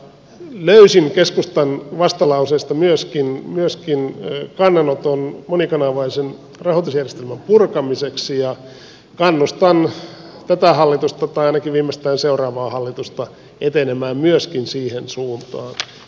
löysin keskustan vastalauseesta myöskin kannanoton monikanavaisen rahoitusjärjestelmän purkamiseksi ja kannustan tätä hallitusta tai ainakin viimeistään seuraavaa hallitusta etenemään myöskin siihen suuntaan